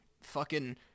Fucking-